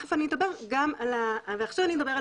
תיכף אני דבר גם על ועכשיו אני אדבר על